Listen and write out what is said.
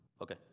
Okay